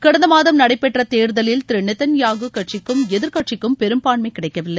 கடந்த மாதம் நடைபெற்ற தேர்தலில் திரு நெத்தன்யாஹூ கட்சிக்கும் எதிர்க்கட்சிக்கும் பெரும்பான்மை கிடைக்கவில்லை